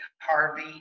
Harvey